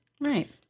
Right